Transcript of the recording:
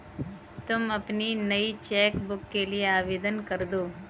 तुम अपनी नई चेक बुक के लिए आवेदन करदो